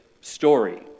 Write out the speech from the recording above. story